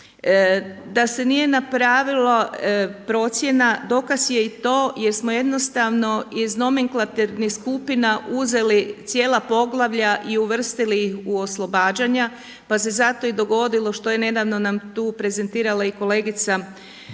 Da se nije napravilo procjena dokaz je i to jer smo jednostavno iz nomenklaturnih skupina uzeli cijela poglavlja i uvrstili ih u oslobađanja pa se zato i dogodilo što je nedavno nam tu i prezentirala kolegica iz HSS-a